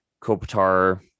Kopitar